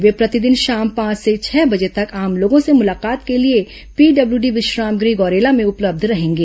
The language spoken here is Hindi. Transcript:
वे प्रतिदिन शाम पांच से छह बजे तक आम लोगों से मुलाकात के लिए पीडब्ल्यूडी विश्राम गह गौरेला में उपलब्ध रहेंगे